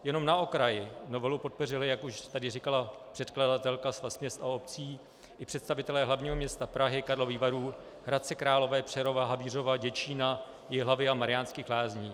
Jenom na okraj novelu podpořili, jak už tu říkala předkladatelka, Svaz měst a obcí i představitelé hlavního města Prahy, Karlových Varů, Hradce Králové, Přerova, Havířova, Děčína, Jihlavy a Mariánských Lázní.